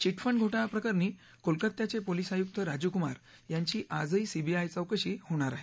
chit fund घोटाळा प्रकरणी कोलकात्याचे पोलीस आयुक्त राजीव कुमार यांची आजही सीबीआय चौकशी होणार आहे